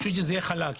שזה יהיה חלק.